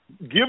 Give